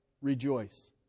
rejoice